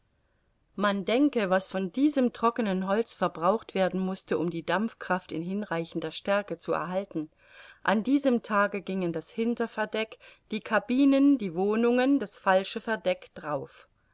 man denke was von diesem trockenen holz verbraucht werden mußte um die dampfkraft in hinreichender stärke zu erhalten an diesem tage gingen das hinterverdeck die cabinen die wohnungen das falsche verdeck drauf